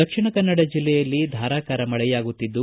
ದಕ್ಷಿಣ ಕನ್ನಡ ಬೆಲ್ಲೆಯಲ್ಲಿ ಧಾರಾಕಾರ ಮಳೆಯಾಗುತ್ತಿದ್ದು